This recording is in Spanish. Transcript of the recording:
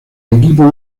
equipo